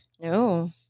No